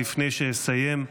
לפני שאסיים,